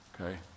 Okay